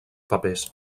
papers